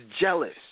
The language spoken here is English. jealous